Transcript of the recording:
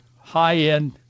high-end